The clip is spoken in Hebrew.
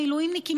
המילואימניקים,